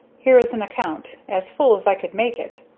here is an account as full as i could make it.